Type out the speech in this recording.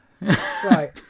Right